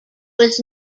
was